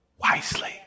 wisely